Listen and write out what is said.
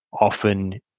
often